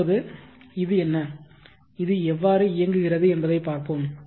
இப்போது இது என்ன இது எவ்வாறு இயங்குகிறது என்பதைப் பார்ப்போம்